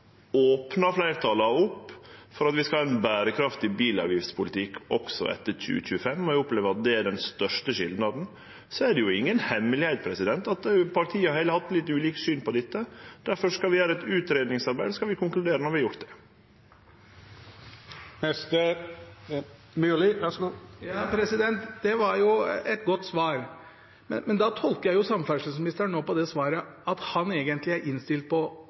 fleirtalet opp for at vi skal ha ein berekraftig bilavgiftspolitikk også etter 2025. Eg opplever at det er den største skilnaden. Så er det inga hemmelegheit at partia har hatt eit litt ulikt syn på dette. Derfor skal vi gjere eit utgreiingsarbeid, og så skal vi konkludere når vi har gjort det. Det var jo et godt svar. Men da tolker jeg samferdselsministerens svar slik at han egentlig er innstilt på